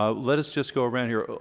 ah let us just go around here.